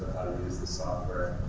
use the software,